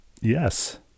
yes